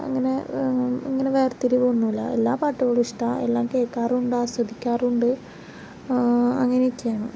അങ്ങനെ അങ്ങനെ വേർതിരിവൊന്നുമില്ല എല്ലാം പാട്ടുകളും ഇഷ്ടമാണ് എല്ലാം കേൾക്കാറുണ്ട് ആസ്വദിക്കാറുണ്ട് അങ്ങനെയൊക്കെയാണ്